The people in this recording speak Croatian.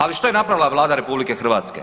Ali što je napravila Vlada RH.